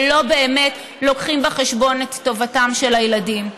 ולא באמת מביאים בחשבון את טובתם של הילדים.